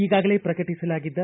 ಈಗಾಗಲೇ ಶ್ರಕಟಿಸಲಾಗಿದ್ದ